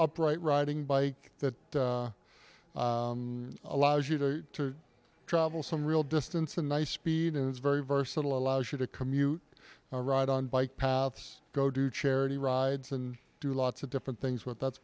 upright riding bike that allows you to travel some real distance a nice speed and it's very versatile allows you to commute ride on bike paths go do charity rides and do lots of different things but that's